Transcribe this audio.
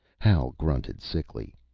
hal grunted sickly.